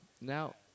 Now